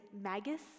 magus